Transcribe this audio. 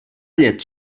llet